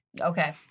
Okay